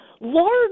large